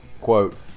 quote